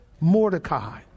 Mordecai